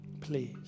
please